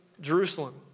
Jerusalem